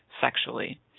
sexually